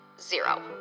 zero